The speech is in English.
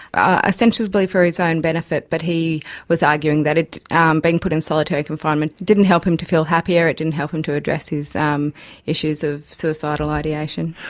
ostensibly for his own benefit, but he was arguing that um being put in solitary confinement didn't help him to feel happier, it didn't help him to address his um issues of suicidal ideation.